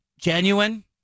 genuine